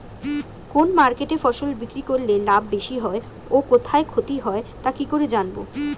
কোন মার্কেটে ফসল বিক্রি করলে লাভ বেশি হয় ও কোথায় ক্ষতি হয় তা কি করে জানবো?